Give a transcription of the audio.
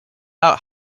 out